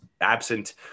absent